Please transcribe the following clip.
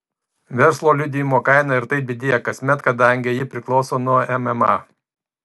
verslo liudijimo kaina ir taip didėja kasmet kadangi ji priklauso nuo mma